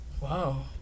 Wow